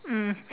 mm